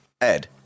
Ed